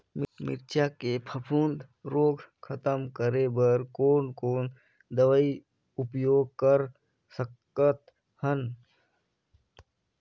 मिरचा के फफूंद रोग खतम करे बर कौन कौन दवई उपयोग कर सकत हन?